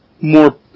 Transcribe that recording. more